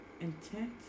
intent